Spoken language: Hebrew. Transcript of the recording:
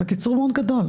זה קיצור מאוד גדול.